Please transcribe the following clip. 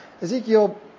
Ezekiel